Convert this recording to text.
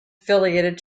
affiliated